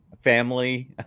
family